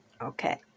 okay